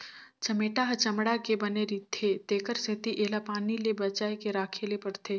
चमेटा ह चमड़ा के बने रिथे तेखर सेती एला पानी ले बचाए के राखे ले परथे